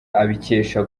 abikesha